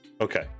Okay